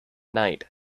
night